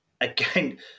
Again